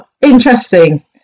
Interesting